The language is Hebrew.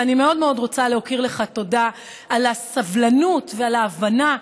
ואני מאוד מאוד רוצה להכיר לך תודה על הסבלנות ועל ההבנה,